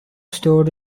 stored